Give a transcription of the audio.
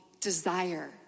desire